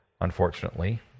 unfortunately